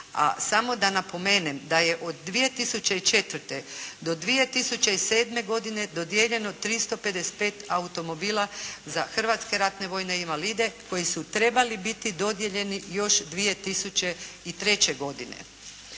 A samo da napomenem da je od 2004. do 2007. godine dodijeljeno 355 automobila za hrvatske ratne vojne invalide koji su trebali biti dodijeljeni još 2003. godine.